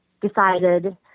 decided